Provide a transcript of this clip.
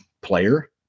player